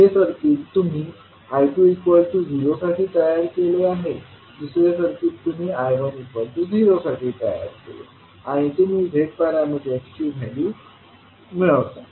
पहिले सर्किट तुम्ही I20 साठी तयार केले आहे दुसरे सर्किट तुम्ही I1 0 साठी तयार केले आणि तुम्ही Z पॅरामीटर्सची व्हॅल्यू मिळवता